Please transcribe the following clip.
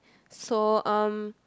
so um